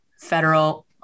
federal